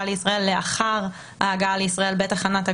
לישראל לאחר ההגעה לישראל בתחנת הגבול,